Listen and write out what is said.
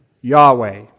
Yahweh